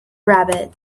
rabbit